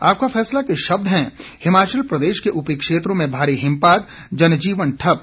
आपका फैसला के शब्द हैं हिमाचल प्रदेश के ऊपरी क्षेत्रों में भारी हिमपात जनजीवन ठप